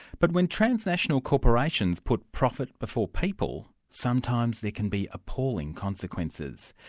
but when transnational corporations put profit before people, sometimes there can be appalling consequences.